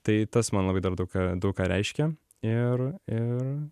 tai tas man labai dar daug ką daug ką reiškia ir ir